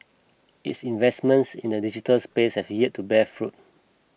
its investments in the digital space have yet to bear fruit